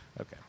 Okay